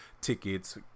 tickets